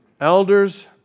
Elders